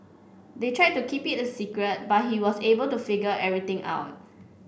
they tried to keep it a secret but he was able to figure everything out